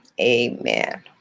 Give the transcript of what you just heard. Amen